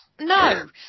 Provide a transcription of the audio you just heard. no